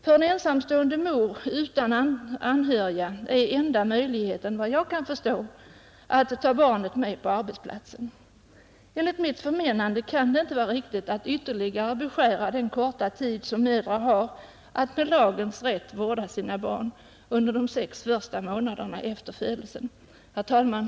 För en ensamstående mor utan anhöriga är enda möjligheten, efter vad jag kan förstå, att ta barnet med på arbetsplatsen. Enligt mitt förmenande kan det inte vara riktigt att ytterligare beskära den korta tid som mödrar har laglig rätt att vårda sina barn under de sex första månaderna efter födelsen. Herr talman!